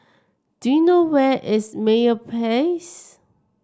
do you know where is Meyer Place